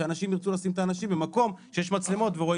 שאנשים ירצו לשים את האנשים במקום שיש מצלמות ורואים מה קורה שם.